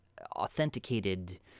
authenticated –